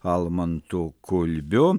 almantu kulbiu